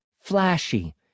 flashy